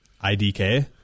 I-D-K